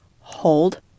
hold